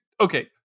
okay